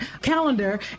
calendar